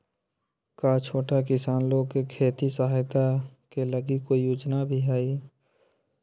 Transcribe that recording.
का छोटा किसान लोग के खेती सहायता के लगी कोई योजना भी हई?